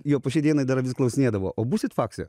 jo po šiai dienai dar vis klausinėdavo o būsit fakse